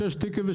ושטיקים?